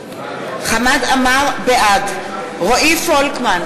בעד רועי פולקמן,